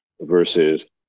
versus